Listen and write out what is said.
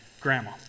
grandma